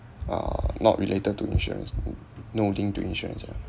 uh not related to insurance n~ no link to insurance ya